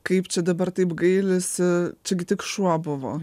kaip čia dabar taip gailisi čiagi tik šuo buvo